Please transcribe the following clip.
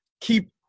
keep